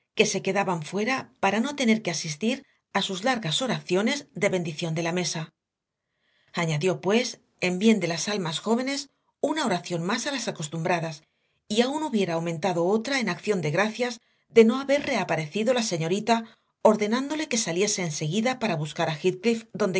que se quedaban fuera para no tener que asistir a sus largas oraciones de bendición de la mesa añadió pues en bien de las almas jóvenes una oración más a las acostumbradas y aún hubiera aumentado otra en acción de gracias de no haber reaparecido la señorita ordenándole que saliese enseguida para buscar a